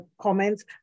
comments